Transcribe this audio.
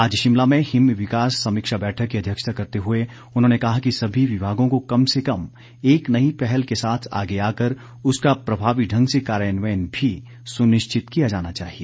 आज शिमला में हिम विकास समीक्षा बैठक की अध्यक्षता करते हुए उन्होंने कहा कि सभी विभागों को कम से कम एक नई पहल के साथ आगे आकर उसका प्रभावी ढंग से कार्यान्वयन भी सुनिश्चित किया जाना चाहिए